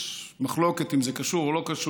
יש מחלוקת אם זה קשור או לא קשור,